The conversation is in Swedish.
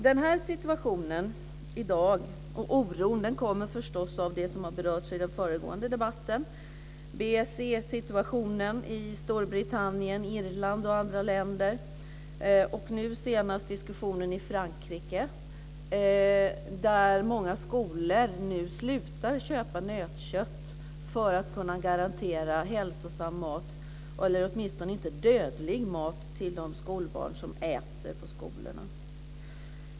Den här situationen och oron i dag kommer förstås av det som berörts i den föregående debatten, dvs. BSE-situationen i Storbritannien, Irland och andra länder. Nu senast är det diskussionen i Frankrike, där många skolor slutar köpa nötkött för att kunna garantera hälsosam mat eller åtminstone inte dödlig mat till de skolbarn som äter på skolorna.